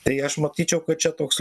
tai aš matyčiau kad čia toks